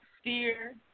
steer